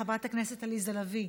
חברת הכנסת עליזה לביא,